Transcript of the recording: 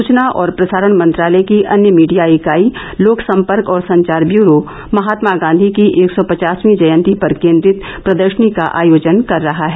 सूचना और प्रसारण मंत्रालय की अन्य मीडिया इकाई लोक संपर्क और संचार ब्यूरो महात्मा गांधी की एक सौ पचासवी जयंती पर केनद्रित प्रदर्शनी का आयोजन कर रहा है